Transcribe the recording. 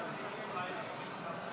44 נגד.